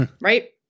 right